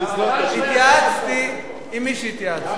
התייעצתי עם מי שהתייעצתי.